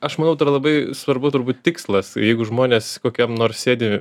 aš manau tai yra labai svarbu turbūt tikslas jeigu žmonės kokiam nors sėdi